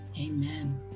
Amen